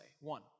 one